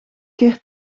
keer